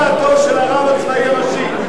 מה דעתו של הרב הצבאי הראשי?